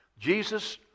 Jesus